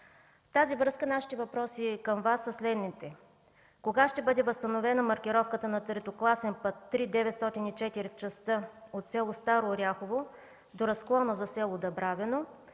тази връзка нашите въпроси към Вас са следните. Кога ще бъде възстановена маркировката на третокласен път 3-904 в частта от село Старо Оряхово до разклона до село Дъбравино